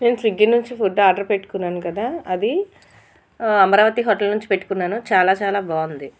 నేను స్విగ్గి నుండి food order పెట్టుకున్నాను కదా అది అమరావతి హోటల్ నుండి పెట్టుకున్నాను చాలా చాలా బాగుంది